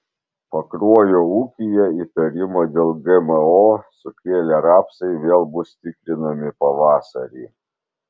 pakruojo ūkyje įtarimą dėl gmo sukėlę rapsai vėl bus tikrinami pavasarį